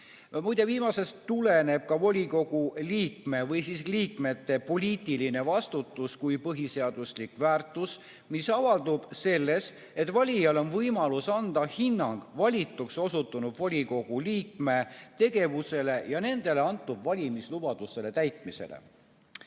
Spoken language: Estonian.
Muide, viimasest tuleneb ka volikogu liikme või liikmete poliitiline vastutus kui põhiseaduslik väärtus, mis avaldub selles, et valijal on võimalus anda hinnang valituks osutunud volikogu liikme tegevusele ja nendele antud valimislubaduste täitmisele.